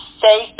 say